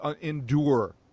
endure